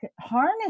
harness